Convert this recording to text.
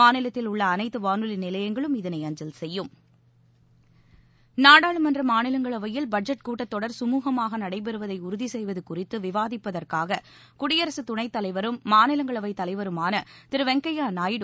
மாநிலத்தில் உள்ள அனைத்து வானொலி நிலையங்களும் இதனை அஞ்சல் செய்யும் நாடாளுமன்ற மாநிலங்களவையில் பட்ஜெட் கூட்டத்தொடர் கமுகமாக நடைபெறுவதை உறுதி செய்வது குறித்து விவாதிப்பதற்காக குடியரகத்துணைத் தலைவரும் மாநிலங்களவைத் தலைவருமான திரு வெங்கையா நாயுடு